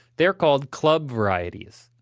they're called club varieties.